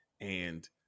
and-